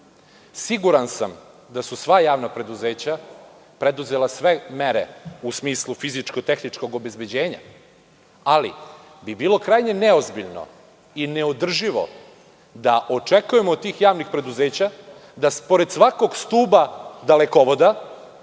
Siguran sam da su sva javna preduzeća preduzela sve mere u smislu fizičko-tehničkog obezbeđenja, ali bi bilo krajnje neozbiljno i neodrživo da očekujemo od tih javnih preduzeća da pored svakog stuba dalekovoda